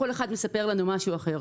כל אחד מספר לנו משהו אחר.